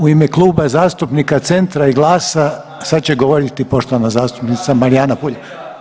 U ime Kluba zastupnika Centra i GLAS-a sad će govoriti poštovana zastupnica Marijana Puljak.